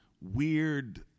weird